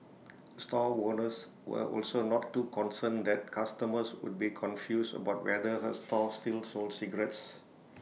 store owners were also not too concerned that customers would be confused about whether A store still sold cigarettes